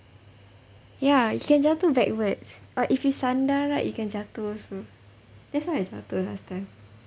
ya you can jatuh backwards or if you sandar right you can jatuh also that's how I jatuh last time